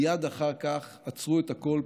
מייד אחר כך עצרו את הכול,